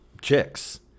chicks